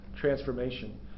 transformation